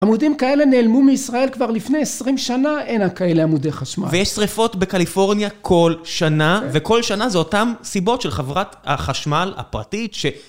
עמודים כאלה נעלמו מישראל כבר לפני 20 שנה, אין כאלה עמודי חשמל. ויש שריפות בקליפורניה כל שנה, וכל שנה זה אותם סיבות של חברת החשמל הפרטית ש...